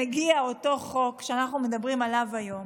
מגיע אותו חוק שעליו אנחנו מדברים היום,